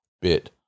bit